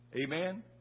Amen